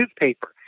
newspaper